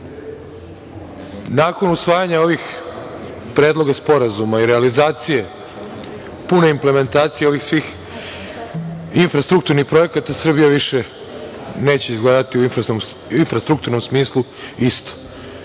usvajanja ovih predloga sporazuma i realizacije, pune implementacije ovih svih infrastrukturnih projekata, Srbija više neće izgledati u infrastrukturnom smislu isto.